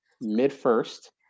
mid-first